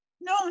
No